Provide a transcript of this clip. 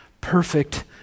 perfect